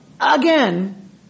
again